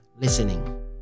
listening